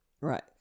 Right